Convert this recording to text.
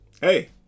Hey